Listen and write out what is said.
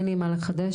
אין לי מה לחדש,